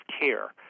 care